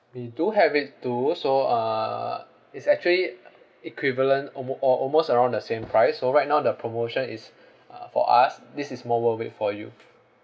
we do have it too so uh it's actually uh equivalent almo~ or almost around the same price so right now the promotion is uh for us this is more worth it for you